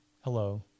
Hello